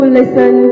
listen